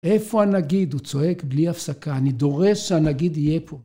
איפה הנגיד? הוא צועק בלי הפסקה. אני דורש שהנגיד יהיה פה.